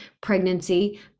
pregnancy